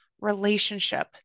relationship